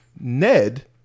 Ned